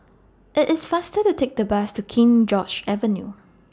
IT IS faster to Take The Bus to King George's Avenue